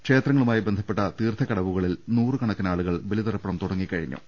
ക്ഷേത്രങ്ങളുമായി ബന്ധപ്പെട്ട തീർത്ഥക്കടവുകളിൽ നൂറു കണക്കിനാളുകൾ ബലിതർപ്പണം തുടങ്ങിക്കഴിഞ്ഞു